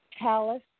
Palace